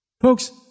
Folks